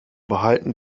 behalten